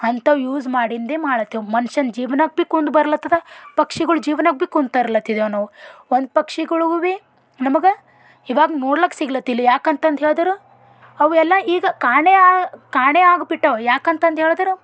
ಅಂಥವು ಯೂಸ್ ಮಾಡಿಂದೆ ಮಾಡಾತೆವ್ ಮನಷಂದು ಜೀವನಕ್ಕೆ ಭೀ ಕುಂದು ಬರ್ಲತ್ತದ ಪಕ್ಷಿಗಳ ಜೀವನಕ್ಕೆ ಭೀ ಕುಂದು ತರ್ಲತ್ತಿದೇವು ನಾವು ಒಂದು ಪಕ್ಷಿಗಳಿಗು ಭೀ ನಮಗೆ ಯಾವಾಗ ನೋಡ್ಲಕ್ಕ ಸಿಗ್ಲತಿಲ್ಲ ಯಾಕಂತ ಅಂದು ಹೇಳದ್ರೆ ಅವು ಎಲ್ಲ ಈಗ ಕಾಣೆ ಆ ಕಾಣೆ ಆಗ್ಬಿಟ್ಟಾವ ಯಾಕಂತ ಅಂದು ಹೇಳದ್ರೆ